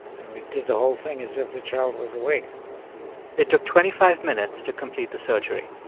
and we did the whole thing as if the child was awake it took twenty five minutes to complete the surgery.